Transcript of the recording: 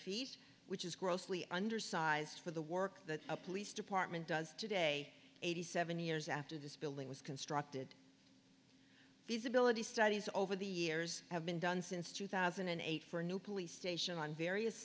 feet which is grossly undersized for the work that a police department does today eighty seven years after this building was constructed feasibility studies over the years have been done since two thousand and eight for a new police station on various